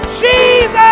Jesus